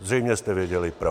Zřejmě jste věděli proč.